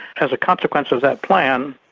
as a consequence of that plan,